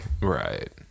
Right